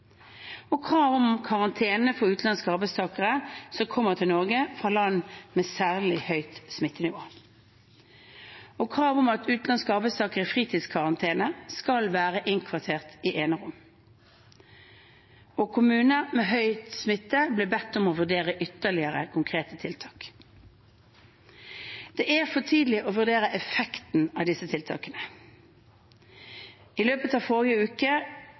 krav om karantene for utenlandske arbeidstakere som kommer til Norge fra land med særlig høyt smittenivå krav om at utenlandske arbeidstakere i fritidskarantene skal være innkvartert i enerom kommuner med høy smitte ble bedt om å vurdere ytterligere konkrete tiltak Det er for tidlig å vurdere effekten av disse tiltakene. I løpet av forrige uke